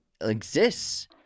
exists